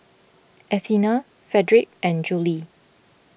Athena Fredric and Judie